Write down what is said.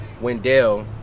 Wendell